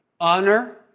honor